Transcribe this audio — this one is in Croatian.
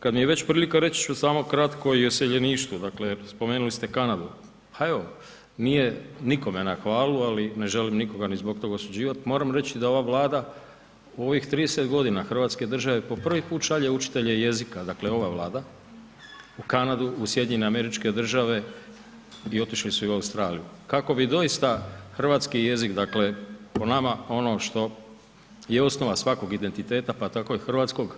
Kad mi je već prilika reći ću samo kratko i o iseljeništvu, dakle spomenuli ste Kanadu, a evo nije nikome na hvali, ali ne želim nikoga ni zbog toga osuđivati, moram reći da ova Vlada u ovih 30 godina hrvatske države po prvi put šalje učitelje jezika, dakle ova Vlada u Kanadu, u SAD i otišli su i u Australiju kako bi doista hrvatski jezik, dakle po ono što je osnova svakog identiteta, pa tako i hrvatskog